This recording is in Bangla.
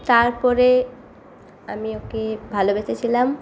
তারপরে আমি ওকে ভালোবেসেছিলাম